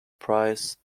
price